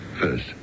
first